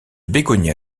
bégonia